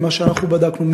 ממה שאנחנו בדקנו,